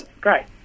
great